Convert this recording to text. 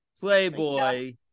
Playboy